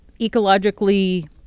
ecologically